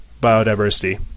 biodiversity